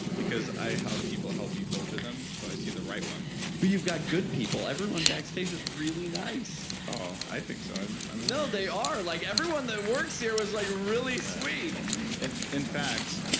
because i have people help me filter them so i see the right ones but you've got good people. everyone backstage is really nice aw, ah i think so no, they are. like everyone that works here was like really sweet in fact,